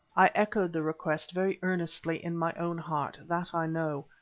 i echoed the request very earnestly in my own heart, that i know,